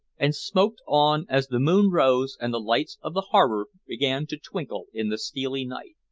and smoked on as the moon rose and the lights of the harbor began to twinkle in the steely night.